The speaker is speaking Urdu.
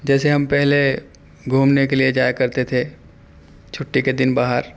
جیسے ہم پہلے گھومنے کے لیے جایا کرتے تھے چھٹی کے دن باہر